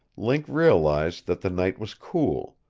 link realized that the night was cool,